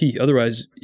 Otherwise